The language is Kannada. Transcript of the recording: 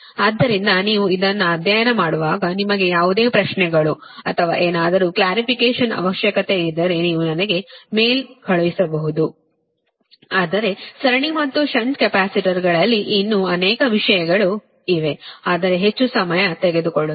ಆದ್ದರಿಂದ ನೀವು ಇದನ್ನು ಅಧ್ಯಯನ ಮಾಡುವಾಗ ನಿಮಗೆ ಯಾವುದೇ ಪ್ರಶ್ನೆಗಳು ಅಥವಾ ಏನಾದರೂ ಕ್ಲಾರಿಫಿಕೇಶನ್ ಅವಶ್ಯಕತೆ ಇದ್ದರೆ ನೀವು ನನಗೆ ಮೇಲ್ ಕಳುಹಿಸಬಹುದು ಆದರೆ ಸರಣಿ ಮತ್ತು ಷಂಟ್ ಕೆಪಾಸಿಟರ್ಗಳಲ್ಲಿ ಇನ್ನೂ ಅನೇಕ ವಿಷಯಗಳು ಇವೆ ಆದರೆ ಅದು ಹೆಚ್ಚು ಸಮಯ ತೆಗೆದುಕೊಳ್ಳುತ್ತದೆ